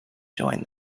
join